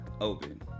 Open